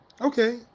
okay